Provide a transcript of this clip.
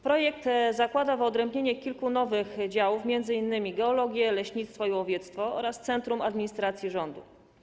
Projekt zakłada wyodrębnienie kilku nowych działów, m.in. geologii, leśnictwa i łowiectwa oraz centrum administracyjnego rządu.